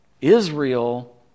Israel